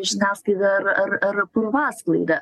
žiniasklaida ar ar ar purvasklaida